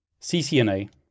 CCNA